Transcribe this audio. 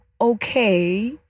okay